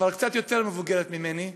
כבר קצת יותר מבוגרת ממני,